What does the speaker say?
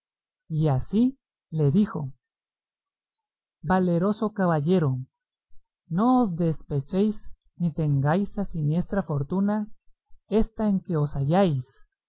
y así le dijo valeroso caballero no os despechéis ni tengáis a siniestra fortuna ésta en que os